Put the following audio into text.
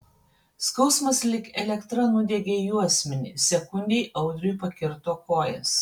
skausmas lyg elektra nudiegė juosmenį sekundei audriui pakirto kojas